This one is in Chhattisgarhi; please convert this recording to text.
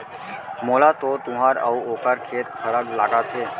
मोला तो तुंहर अउ ओकर खेत फरक लागत हे